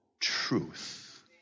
truth